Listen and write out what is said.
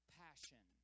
passion